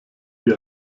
wie